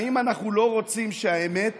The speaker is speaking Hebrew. האם אנחנו לא רוצים שהאמת